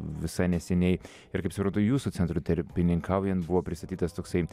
visai neseniai ir kaip suprantu jūsų centrui tarpininkaujant buvo pristatytas toksai